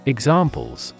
Examples